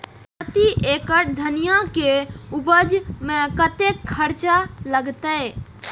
प्रति एकड़ धनिया के उपज में कतेक खर्चा लगते?